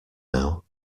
now